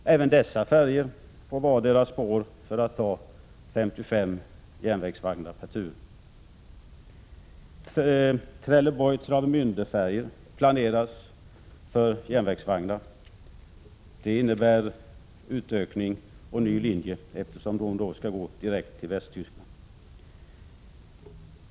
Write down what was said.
Även dessa färjor får vardera spår för att ta 55 järnvägsvagnar per tur. Trelleborg Travemände-färjan planeras för järnvägsvagnar. Det innebär utökning och en ny linje, eftersom de färjorna skall gå direkt på Västtyskland.